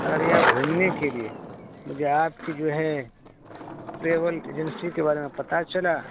ارھیا گھومنے کے لیے مجھے آپ کی جو ہے ٹریول ایجنسی کے بارے میں پتہ چلا